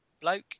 bloke